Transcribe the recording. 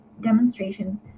demonstrations